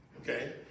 okay